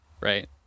right